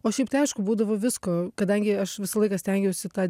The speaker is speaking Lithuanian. o šiaip tai aišku būdavo visko kadangi aš visą laiką stengiausi tą